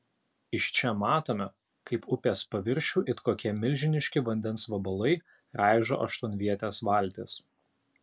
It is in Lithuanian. iš čia matome kaip upės paviršių it kokie milžiniški vandens vabalai raižo aštuonvietės valtys